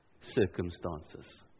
circumstances